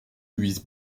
louise